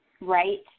right